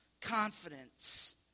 confidence